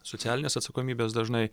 socialinės atsakomybės dažnai